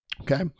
okay